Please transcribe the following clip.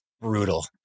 brutal